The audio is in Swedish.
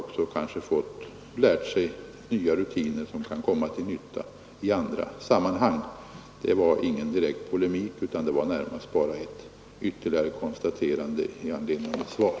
Vi har kanske lärt oss nya rutiner som kan bli till nytta på andra områden. Detta var ingen direkt polemik mot herr Lothigius utan närmast ytterligare ett konstaterande i anledning av mitt svar.